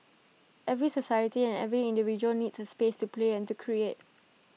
every society and every individual needs A space to play and to create